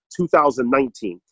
2019